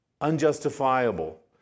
unjustifiable